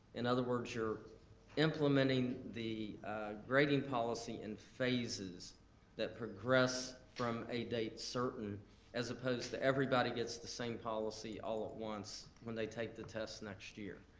in other words, you're implementing the grading policy in phases that progress from a date certain as opposed to everybody gets the same policy all at once when they take the test next year.